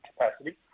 capacity